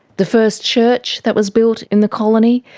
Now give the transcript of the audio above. the first church that was built in the colony.